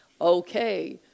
okay